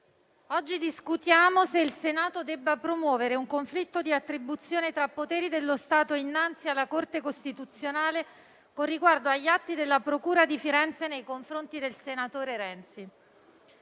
oggi discutiamo se il Senato debba promuovere un conflitto di attribuzione tra poteri dello Stato innanzi alla Corte costituzionale con riguardo agli atti della procura di Firenze nei confronti del senatore Renzi.